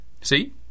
See